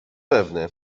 pewny